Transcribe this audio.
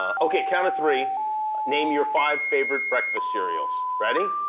ok, count of three name your five favorite breakfast cereals. ready?